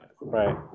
right